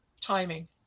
timing